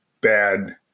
bad